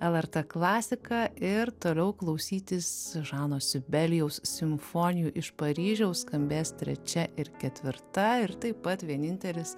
lrt klasiką ir toliau klausytis žano sibelijaus simfonijų iš paryžiaus skambės trečia ir ketvirta ir taip pat vienintelis